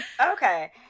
Okay